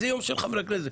זה יום של חברי הכנסת.